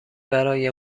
برای